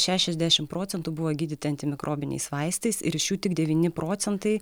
šešiasdešim procentų buvo gydyti antimikrobiniais vaistais ir iš jų tik devyni procentai